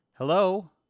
Hello